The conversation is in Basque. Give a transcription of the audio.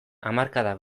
hamarkadak